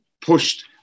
pushed